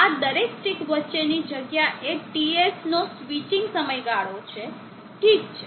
આ દરેક સ્ટીક વચ્ચેની જગ્યા એ TS નો સ્વિચિંગ સમયગાળો છે ઠીક છે